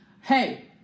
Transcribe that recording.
hey